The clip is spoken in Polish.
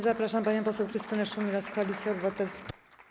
Zapraszam panią poseł Krystynę Szumilas, Koalicja Obywatelska.